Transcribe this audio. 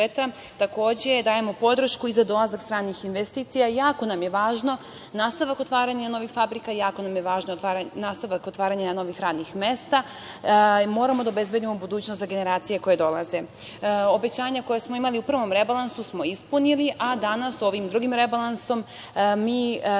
takođe dajemo podršku i za dolazak stranih investicija. Jako nam je važan nastavak otvaranja novih fabrika, jako nam je važan nastavak otvaranja novih radnih mesta. Moramo da obezbedimo budućnost za generacije koje dolaze. Obećanja koja smo imali u prvom rebalansu smo ispunili, a danas ovim drugim rebalansom mi stvaramo